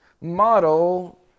model